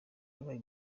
yabaye